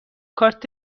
کارت